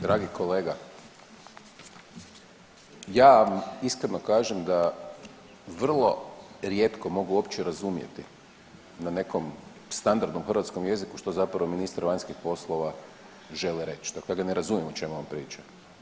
Dragi kolega, ja vam iskreno kažem da vrlo rijetko mogu uopće razumjeti na nekom standardnom hrvatskom jeziku što zapravo ministar vanjskih poslova želi reći što kad ga ne razumijem o čemu on priča.